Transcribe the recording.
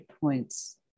points